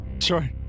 Sure